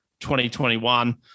2021